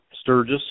Sturgis